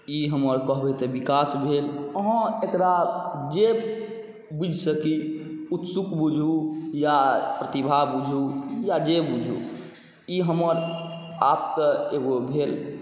ई हमर कहबै तऽ विकास भेल अहाँ एकरा जे बुझि सकी उत्सुक बुझू या प्रतिभा बुझू या जे बुझू ई हमर आपके एगो भेल